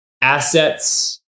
assets